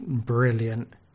Brilliant